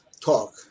talk